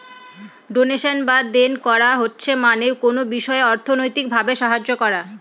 donation বা দেন করা মানে হচ্ছে কোনো বিষয়ে অর্থনৈতিক ভাবে সাহায্য করা